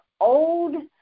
old